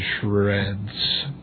Shreds